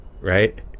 right